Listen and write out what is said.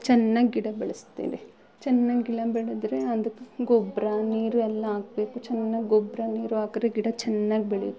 ಚೆನ್ನಾಗ್ ಗಿಡ ಬೆಳೆಸ್ತೇವೆ ಚೆನ್ನಾಗ್ ಗಿಡ ಬೆಳೆದರೆ ಅದಕ್ಕೆ ಗೊಬ್ಬರ ನೀರು ಎಲ್ಲ ಹಾಕ್ಬೇಕು ಚೆನ್ನಾಗ್ ಗೊಬ್ಬರ ನೀರು ಹಾಕ್ದ್ರೆ ಗಿಡ ಚೆನ್ನಾಗ್ ಬೆಳೆಯುತ್ತೆ